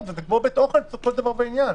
וזה כמו בית אוכל לכל דבר ועניין.